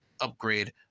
upgrade